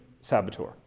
saboteur